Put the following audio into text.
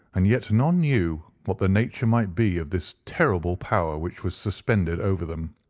and yet none knew what the nature might be of this terrible power which was suspended over them.